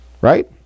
right